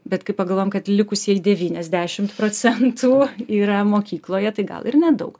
bet kai pagalvojam kad likusieji devyniasdešimt procentų yra mokykloje tai gal ir nedaug